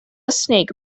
snake